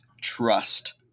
trust